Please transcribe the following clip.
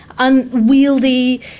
unwieldy